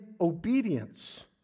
obedience